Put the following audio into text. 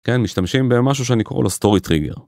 כן משתמשים במשהו שאני קורא לו סטורי טריגר